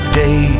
day